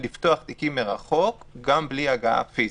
לפתוח תיקים מרחוק גם בלי הגשה פיזית.